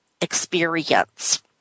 experience